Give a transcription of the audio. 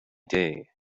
day